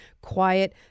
quiet